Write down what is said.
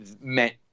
meant